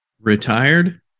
retired